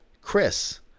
Chris